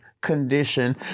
condition